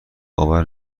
باور